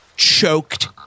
choked